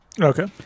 Okay